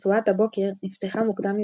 רצועת הבוקר נפתחה מוקדם יותר,